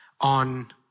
on